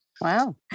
Wow